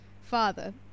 father